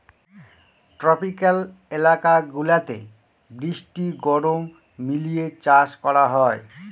tropical এলাকা গুলাতে বৃষ্টি গরম মিলিয়ে চাষ করা হয়